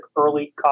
Early